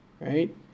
right